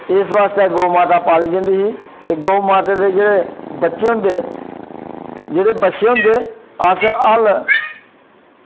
ते इस आस्तै गौ माता पाल्ली जंदी जी ते गौ मातै दे जेह्ड़े बच्चे होंदे जेह्ड़े बच्छे होंदे अस हल्ल